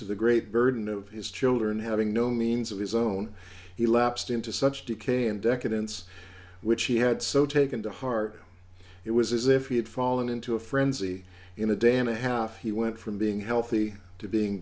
to the great burden of his children having no means of his own he lapsed into such decay and decadence which he had so taken to heart it was as if he had fallen into a frenzy in a day in a half he went from being healthy to being